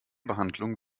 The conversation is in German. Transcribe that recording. behandlung